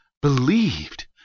Believed